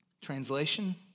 Translation